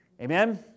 Amen